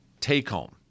take-home